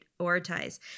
prioritize